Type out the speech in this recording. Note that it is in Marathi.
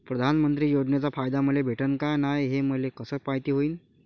प्रधानमंत्री योजनेचा फायदा मले भेटनं का नाय, हे मले कस मायती होईन?